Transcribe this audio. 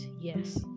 yes